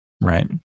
Right